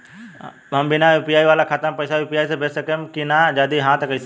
हम बिना यू.पी.आई वाला खाता मे पैसा यू.पी.आई से भेज सकेम की ना और जदि हाँ त कईसे?